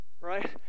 right